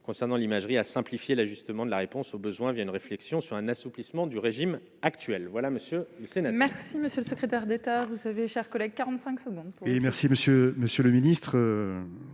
concernant l'imagerie à simplifier l'ajustement de la réponse aux besoins via une réflexion sur un assouplissement du régime actuel, voilà monsieur. Merci monsieur le secrétaire d'État, vous savez, chers collègues, 45 secondes. Et merci monsieur, monsieur